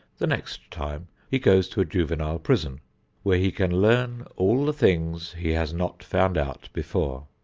the next time he goes to a juvenile prison where he can learn all the things he has not found out before.